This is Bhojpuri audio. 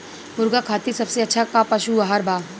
मुर्गा खातिर सबसे अच्छा का पशु आहार बा?